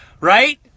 Right